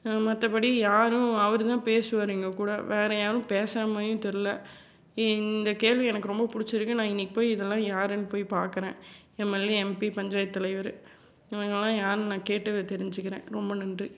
மற்றபடி யாரும் அவர்தான் பேசுவார் எங்கள் கூட வேறே யாரும் பேசற மாதிரியும் தெரில இந்த கேள்வி எனக்கு ரொம்ப பிடிச்சிருக்கு நான் இன்றைக்கி போய் இதெல்லாம் யாருன்னு போய் பார்க்குறேன் எம்எல்ஏ எம்பி பஞ்சாயத்து தலைவர் இவங்கெல்லாம் யாருன்னு நான் கேட்டு தெரிஞ்சுக்கிறேன் ரொம்ப நன்றி